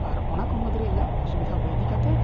ᱟᱨ ᱚᱱᱟᱠᱚ ᱢᱩᱫᱽᱨᱮ ᱤᱧᱟᱹᱜ ᱚᱥᱩᱵᱤᱫᱷᱟ ᱦᱩᱭ ᱤᱫᱤ ᱠᱟᱛᱮᱫ